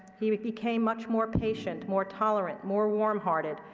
he became much more patient, more tolerant, more warm-hearted,